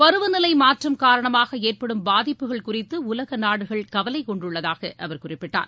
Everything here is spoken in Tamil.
பருவநிலை மாற்றம் காரணமாக ஏற்படும் பாதிப்புகள் குறித்து உலக நாடுகள் கவலை கொண்டுள்ளதாக அவர் குறிப்பிட்டார்